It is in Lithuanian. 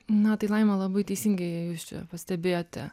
na tai laima labai teisingai jūs čia pastebėjote